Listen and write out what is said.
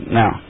now